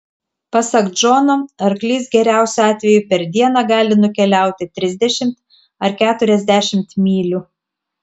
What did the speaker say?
pasak džono arklys geriausiu atveju per dieną gali nukeliauti trisdešimt ar keturiasdešimt mylių